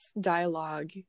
dialogue